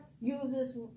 uses